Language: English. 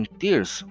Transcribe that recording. tears